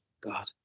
God